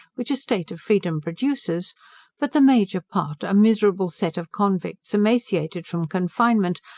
which a state of freedom produces but the major part a miserable set of convicts, emaciated from confinement,